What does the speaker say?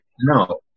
No